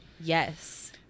Yes